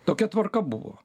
tokia tvarka buvo